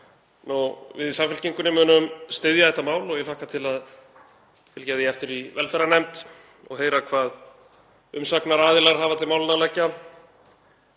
Við í Samfylkingunni munum styðja þetta mál og ég hlakka til að fylgja því eftir í velferðarnefnd og heyra hvað umsagnaraðilar hafa til málanna að leggja.